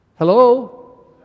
Hello